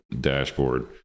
dashboard